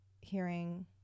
hearing